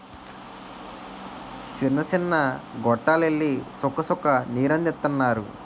సిన్న సిన్న గొట్టాల్లెల్లి సుక్క సుక్క నీరందిత్తన్నారు